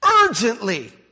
urgently